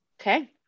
Okay